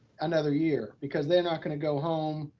another year because they're not gonna go home.